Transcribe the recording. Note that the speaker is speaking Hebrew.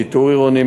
שיטור עירוני,